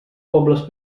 pobles